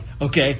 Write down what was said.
Okay